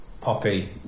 Poppy